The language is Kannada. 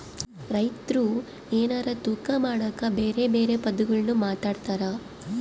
ರೈತ್ರು ಎನಾರ ತೂಕ ಮಾಡಕ ಬೆರೆ ಬೆರೆ ಪದಗುಳ್ನ ಮಾತಾಡ್ತಾರಾ